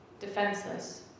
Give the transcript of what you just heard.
defenseless